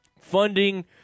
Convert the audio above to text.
funding